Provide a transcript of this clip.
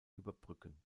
überbrücken